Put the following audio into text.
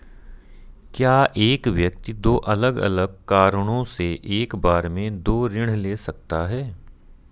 क्या एक व्यक्ति दो अलग अलग कारणों से एक बार में दो ऋण ले सकता है?